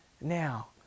now